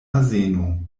azeno